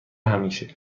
همیشه